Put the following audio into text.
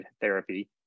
therapy